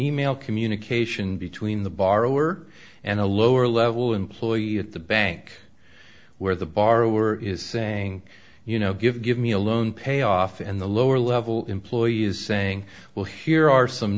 e mail communication between the borrower and a lower level employee at the bank where the borrower is saying you know give give me a loan payoff and the lower level employee is saying well here are some